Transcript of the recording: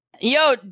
Yo